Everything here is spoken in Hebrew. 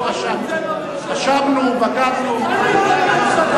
התחלנו עם זה בממשלה,